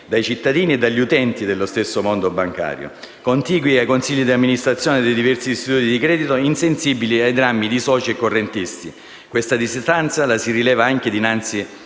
dai cittadini e dagli utenti dello stesso mondo bancario, contigui ai consigli di amministrazione dei diversi istituti di credito e insensibili ai drammi di soci e correntisti. E si rileva questa distanza anche dinanzi